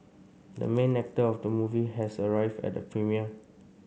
the main actor of the movie has arrived at the premiere